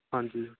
ਹਾਂਜੀ